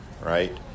right